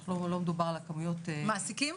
מעסיקים?